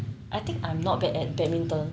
I think I'm not bad at badminton